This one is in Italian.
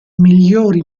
migliori